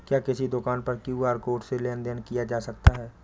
क्या किसी दुकान पर क्यू.आर कोड से लेन देन देन किया जा सकता है?